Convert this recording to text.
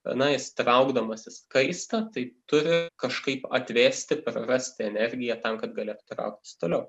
na jis traukdamasis kaista tai turi kažkaip atvėsti prarasti energiją tam kad galėtų trauktis toliau